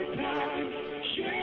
time